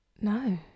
No